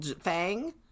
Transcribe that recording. fang